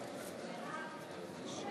אנחנו מברכים את ראש